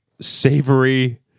savory